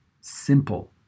simple